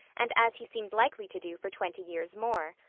and as he seemed likely to do for twenty years more.